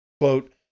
Quote